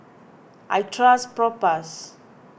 I trust Propass